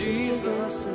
Jesus